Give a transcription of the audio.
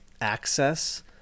access